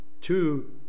two